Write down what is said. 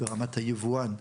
ברמת היבואן,